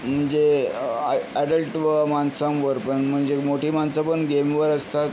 म्हणजे ॲडल्ट व माणसांवर पण म्हणजे मोठी माणसं पण गेमवर असतात